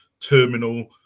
terminal